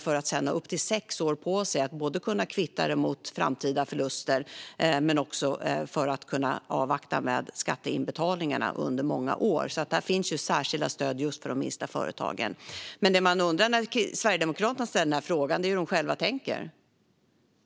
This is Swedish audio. Sedan har man upp till sex år på sig för att kunna kvitta det mot framtida förluster, men man kan även avvakta med skatteinbetalningar under många år. Det finns alltså stöd för de allra minsta företagen. Men man undrar hur Sverigedemokraterna tänker när de ställer denna fråga.